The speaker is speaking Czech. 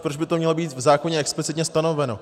Proč by to mělo být v zákoně explicitně stanoveno?